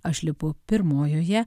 aš lipu pirmojoje